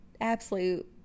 absolute